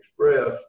Express